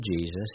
Jesus